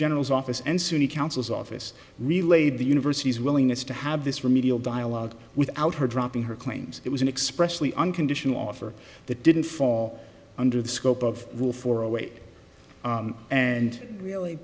general's office and suny counsel's office relayed the university's willingness to have this remedial dialogue without her dropping her claims it was an expression the unconditional offer that didn't fall under the scope of will for a wait and really